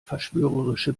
verschwörerische